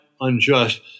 unjust